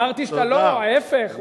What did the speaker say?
אמרתי שאתה לא, ההיפך.